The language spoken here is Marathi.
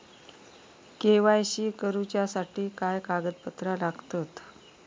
के.वाय.सी करूच्यासाठी काय कागदपत्रा लागतत?